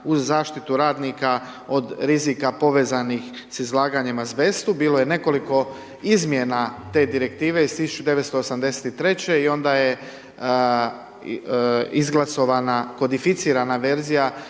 uz zaštitu radnika od rizika povezanih s izlaganjem azbestu. Bilo je nekoliko izmjena te direktive iz 1983. i onda je izglasana kodificirana verzija